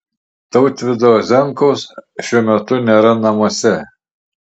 tautvydo zenkaus šiuo metu nėra namuose